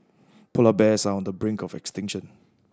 polar bears are on the brink of extinction